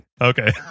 Okay